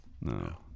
No